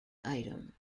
item